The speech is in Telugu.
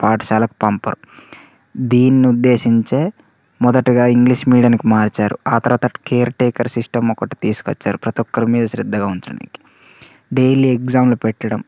పాఠశాలకు పంపరు దీన్ని ఉద్దేశించి మొదటిగా ఇంగ్లీష్ మీడియంకి మార్చారు ఆ తర్వాత కేర్టేకర్ సిస్టం ఒకటి తీసుకొచ్చారు ప్రతి ఒకరి మీద శ్రద్ధగా ఉంచడానీకి డైలీ ఎక్సమ్లు పెట్టడం